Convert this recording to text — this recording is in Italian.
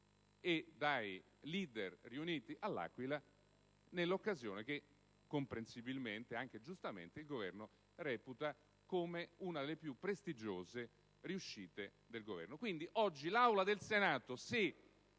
e dai leader riuniti all'Aquila nell'occasione che, comprensibilmente e anche giustamente, il Governo reputa come una delle sue più prestigiose riuscite. Oggi l'Aula del Senato,